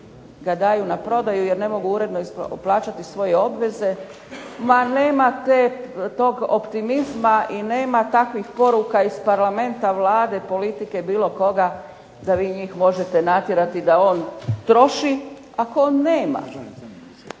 ga daju na prodaju jer ne mogu uredno plaćati svoje obveze. Ma nema toga optimizma i nema takvih poruka iz Parlamenta, Vlade, politike, bilo koga da vi njega možete natjerati da troši ako on nema.